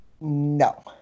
No